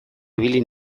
ibili